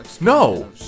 No